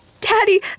Daddy